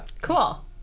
cool